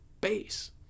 base